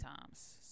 times